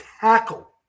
tackle